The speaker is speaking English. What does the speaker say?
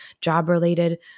job-related